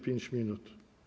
5 minut.